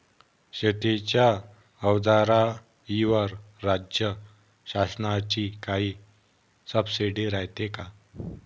शेतीच्या अवजाराईवर राज्य शासनाची काई सबसीडी रायते का?